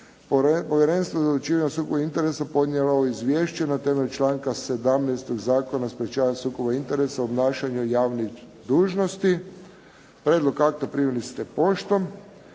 Povjerenstvo za odlučivanje o sukobu interesa podnijelo je ovo izvješće na temelju članka 17. Zakona o sprječavanju sukoba interesa u obnašanju javnih dužnosti. Prijedlog akta primili ste poštom.